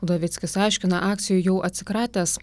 udovickis aiškina akcijų jau atsikratęs